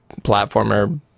platformer